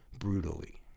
brutally